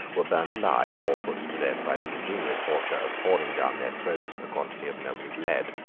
were burnt alive, or put to death by the ingenious torture of pouring down their throats a quantity of melted lead.